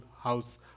house